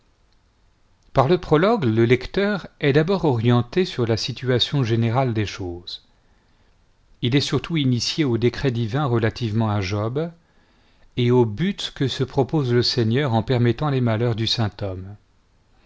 par le prologue le lecteur est d'abord orienté sur la situation générale des choses il est surtout initié aux décrets divins relativement à job et au but que se propose le seigneur en permettant les malheurs du saint homme